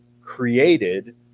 created